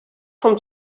from